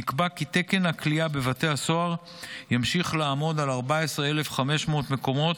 נקבע כי תקן הכליאה בבתי הסוהר ימשיך לעמוד על 14,500 מקומות